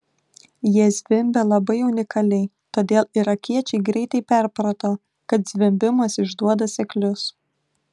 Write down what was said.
jie zvimbė labai unikaliai todėl irakiečiai greitai perprato kad zvimbimas išduoda seklius